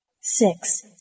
Six